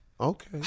Okay